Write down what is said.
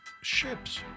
ships